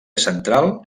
central